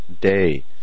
Day